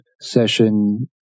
session